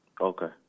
Okay